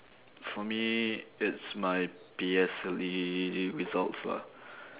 for me it's my P_S_L_E results lah